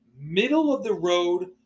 middle-of-the-road